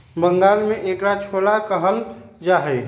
बंगाल में एकरा छोला कहल जाहई